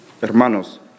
Hermanos